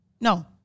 No